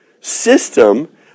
system